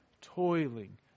toiling